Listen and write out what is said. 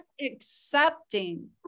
accepting